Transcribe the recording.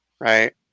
right